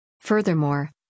Furthermore